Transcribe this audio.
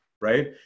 right